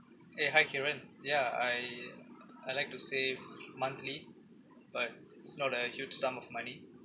eh hi karen ya I I like to save monthly but it's not a huge sum of money